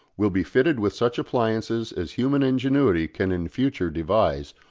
will be fitted with such appliances as human ingenuity can in future devise,